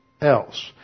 else